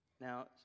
Now